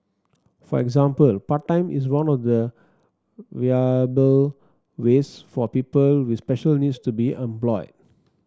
for example part time is one of the viable ways for people with special needs to be employed